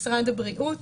משרד הבריאות,